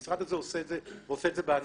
המשרד הזה עושה את זה, ועושה את זה בהנאה.